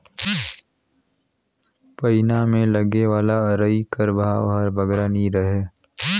पैना मे लगे वाला अरई कर भाव हर बगरा नी रहें